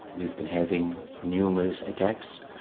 we've been having numerous attacks,